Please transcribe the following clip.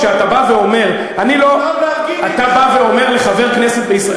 כשאתה בא ואומר לחבר כנסת בישראל,